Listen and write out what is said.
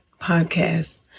podcast